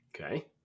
Okay